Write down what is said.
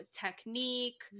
technique